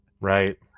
right